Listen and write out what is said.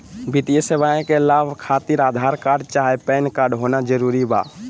वित्तीय सेवाएं का लाभ खातिर आधार कार्ड चाहे पैन कार्ड होना जरूरी बा?